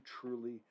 truly